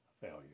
failure